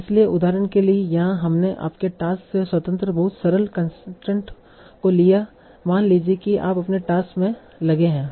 इसलिए उदाहरण के लिए यहाँ हमने आपके टास्क से स्वतंत्र बहुत सरल कंसट्रेंट को लिया मान लीजिए कि आप अपने टास्क में लगे हैं